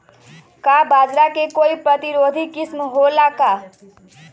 का बाजरा के कोई प्रतिरोधी किस्म हो ला का?